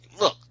look